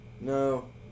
no